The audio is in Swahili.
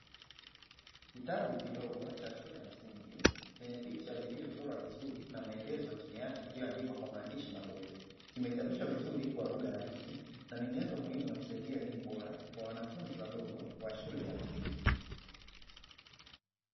Kitabu kidogo cha shule ya msingi, chenye picha zilizochorwa vizuri na maelezo chini yake yaliyoandikwa kwa maandishi madogo, kimechapishwa vizuri kwa lugha rahisi na ni nyenzo muhimu ya kusaidia elimu bora kwa wanafunzi wadogo wa shule ya msingi.